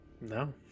No